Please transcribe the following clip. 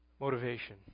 Motivation